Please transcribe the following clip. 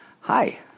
Hi